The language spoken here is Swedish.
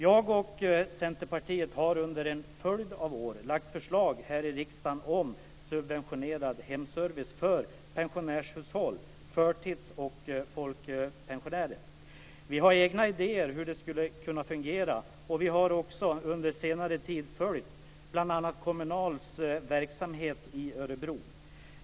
Jag och Centerpartiet har under en följd av år lagt fram förslag här i riksdagen om en subventionerad hemservice för pensionärshushåll, förtids och folkpensionärer. Vi har egna idéer om hur det skulle kunna fungera, och vi har också under senare tid följt bl.a. Kommunals verksamhet i Örebro.